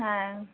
হ্যাঁ